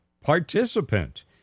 participant